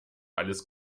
alles